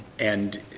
and,